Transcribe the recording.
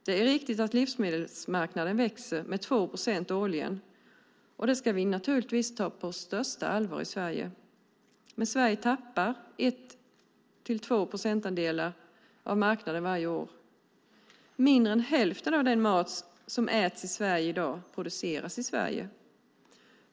Det är riktigt att livsmedelsmarknaden växer med 2 procent årligen, och det ska vi naturligtvis ta på största allvar i Sverige. Men Sverige tappar 1-2 procentandelar av marknaden varje år. Mindre än hälften av den mat som äts i Sverige i dag produceras i Sverige.